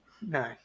no